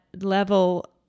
level